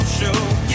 show